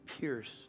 pierce